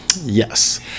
Yes